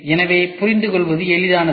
எனவே புரிந்துகொள்வது எளிதானது